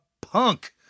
Punk